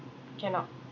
cannot